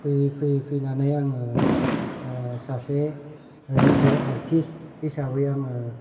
फैयै फैयै फैनानै आङो सासे रिडिअ आर्थिस्थ हिसाबै आङो